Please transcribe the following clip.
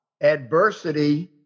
Adversity